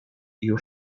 your